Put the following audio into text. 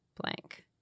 blank